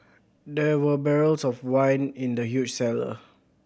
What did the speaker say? there were barrels of wine in the huge cellar